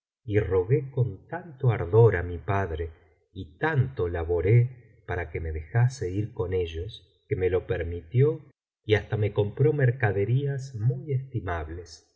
y rogué con tanto ardor á mi padre y tanto laboré para que me dejase ir con ellos que me lo permitió y hasta me compró mercaderías muy estimables